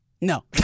No